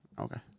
Okay